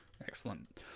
Excellent